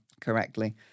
correctly